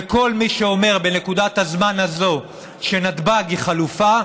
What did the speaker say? וכל מי שאומר בנקודת הזמן הזו שנתב"ג הוא חלופה,